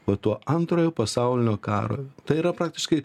va tuo antrojo pasaulinio karo tai yra praktiškai